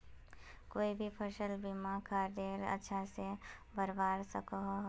कोई भी सफल बिना खादेर अच्छा से बढ़वार सकोहो होबे?